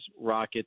rocket